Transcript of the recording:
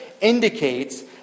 indicates